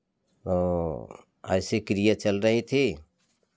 और ऐसी क्रिया चल रही थी